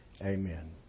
amen